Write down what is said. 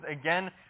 again